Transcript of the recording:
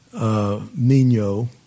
nino